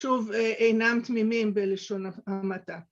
‫שוב, אינם תמימים בלשון המעטה.